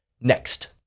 next